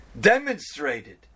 demonstrated